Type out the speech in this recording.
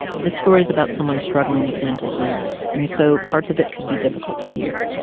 this story is about someone struggling with mental illness. and so parts of it could be difficult to hear